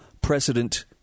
precedent